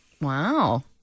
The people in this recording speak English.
Wow